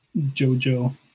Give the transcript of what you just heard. JoJo